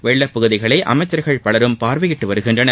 வெள்ளப்பகுதிகளை அமைச்சர்கள் பலரும் பார்வையிட்டு வருகிறார்கள்